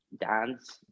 dance